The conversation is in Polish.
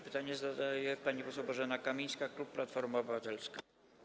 Pytanie zadaje pani poseł Bożena Kamińska, klub Platforma Obywatelska.